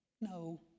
No